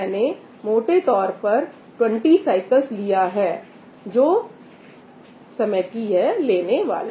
मैंने मोटे तौर पर 20 साइकिल्स लिया है जो समय की यह लेने वाला है